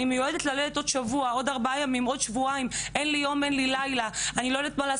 הן אמרות ללדת עוד מעט ואין להם יום ואין לילה והן לא יודעות מה לעשות.